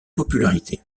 popularité